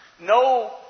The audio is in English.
no